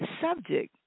subject